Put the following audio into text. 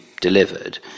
delivered